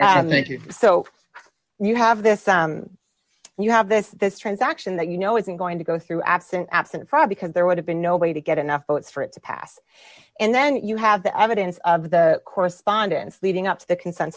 you so you have this you have this this transaction that you know isn't going to go through absent absent from because there would have been no way to get enough votes for it to pass and then you have the evidence of the correspondence leading up to the consen